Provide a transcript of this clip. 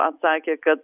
atsakė kad